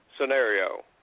scenario